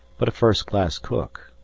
but a first-class cook.